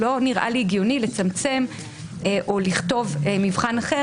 לא נראה לי הגיוני לצמצם או לכתוב מבחן אחר